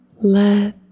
Let